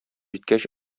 җиткәч